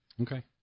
Okay